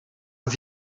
het